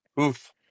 Oof